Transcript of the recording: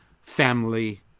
family